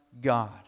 God